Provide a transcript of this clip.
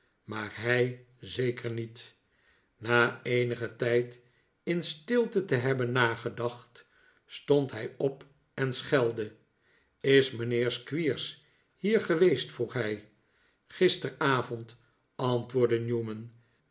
maar hij zeker niet na eenigen tijd in stilte te hebben nagedacht stond hij op en schelde is mijnheer squeers hier geweest vroeg hij gisteravond antwoorde newman